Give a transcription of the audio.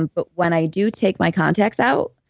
and but when i do take my contacts out,